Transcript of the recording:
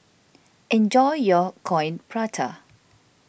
enjoy your Coin Prata